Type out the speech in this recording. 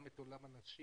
גם את עולם הנשים